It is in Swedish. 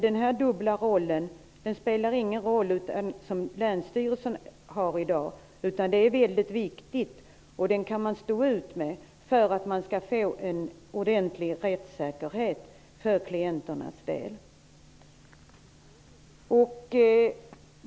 Den dubbla roll som länsstyrelsen i dag har är väldigt viktig, och den kan man stå ut med för att få en ordentlig rättssäkerhet för klienternas del.